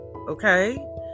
okay